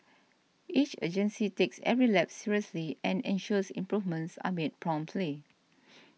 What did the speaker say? each agency takes every lapse seriously and ensures improvements are made promptly